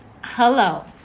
hello